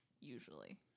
usually